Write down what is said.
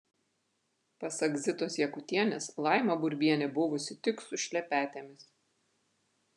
pasak zitos jakutienės laima burbienė buvusi tik su šlepetėmis